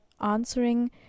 answering